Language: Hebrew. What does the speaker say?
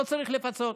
לא צריך לפצות.